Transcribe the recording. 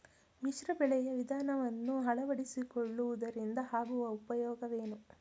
ಮಿಶ್ರ ಬೆಳೆಯ ವಿಧಾನವನ್ನು ಆಳವಡಿಸಿಕೊಳ್ಳುವುದರಿಂದ ಆಗುವ ಉಪಯೋಗವೇನು?